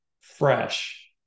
fresh